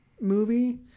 movie